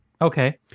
Okay